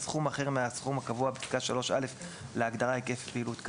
סכום אחר מהסכום הקבוע בפסקה (3א) להגדרה " היקף פעילות קטן".